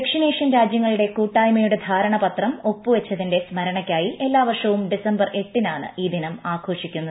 ദക്ഷിണേഷ്യൻ രാജ്യങ്ങളുടെ കൂട്ടായ്മയുടെ ധാരണപത്രം ളപ്പുവൃച്ചതിന്റെ സ്മരണയ്ക്കായി എല്ലാവർഷവും ഡിസംബർ ്ഷ്ക്ട്ടീനാണ് ഈ ദിനം ആഘോഷിക്കുന്നത്